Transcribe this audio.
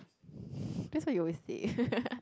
that's what you always say